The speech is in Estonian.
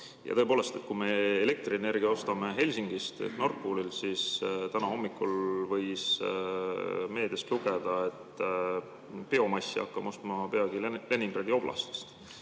Tõepoolest, kui me elektrienergia ostame Helsingist ehk Nord Poolilt, siis täna hommikul võis meediast lugeda, et biomassi hakkame ostma peagi Leningradi oblastist.